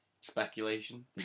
Speculation